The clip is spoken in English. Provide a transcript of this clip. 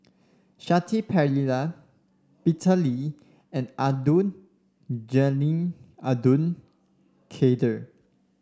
Shanti Pereira Peter Lee and Abdul Jalil Abdul Kadir